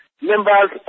members